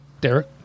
Derek